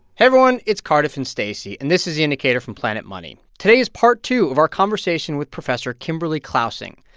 everyone, it's cardiff and stacey. and this is the indicator from planet money. today is part two of our conversation with professor kimberly clausing.